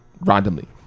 randomly